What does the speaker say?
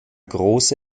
große